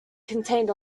contained